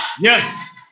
Yes